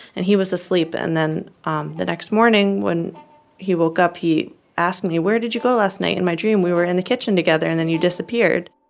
and he was asleep. and then um the next morning when he woke up, he asked me where did you go last night? in my dream, we were in the kitchen together. and then you disappeared